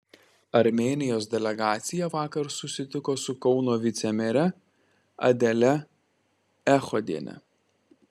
armėnijos delegacija vakar susitiko su kauno vicemere adele echodiene